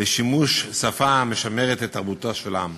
לשימוש בשפה המשמרת את תרבותו של עם,